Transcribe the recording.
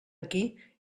aquí